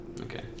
Okay